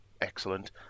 excellent